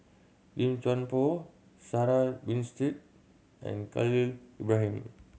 Lim Chuan Poh Sarah Winstedt and Khalil Ibrahim